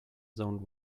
zoned